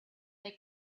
they